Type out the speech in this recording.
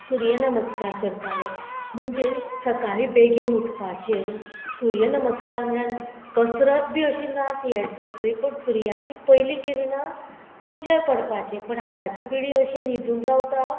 सुर्य नमस्कार करताले म्हणजे सकाळी बेगीन उठपाचे सुर्य नमस्कार म्हळ्यार कसरत बी अशी ना ती एग्जॅक्टली पण सुर्याची पयली किरें ना तुमचेर पडपाचें पण आतांची पिडी अशी न्हिदून रावता